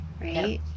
right